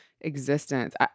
existence